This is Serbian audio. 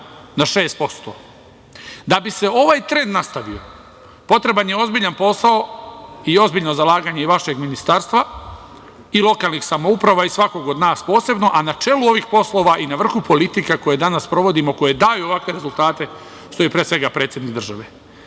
na 6%. Da bi se ovaj trend nastavio potreban je ozbiljan posao i ozbiljno zalaganje i vašeg ministarstva i lokalnih samouprava i svakog od nas posebno, a na čelu ovih poslova i na vrhu politike koju danas sprovodimo, koja daje ovakve rezultate, stoji pre svega predsednik države. Zato